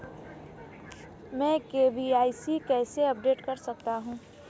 मैं के.वाई.सी कैसे अपडेट कर सकता हूं?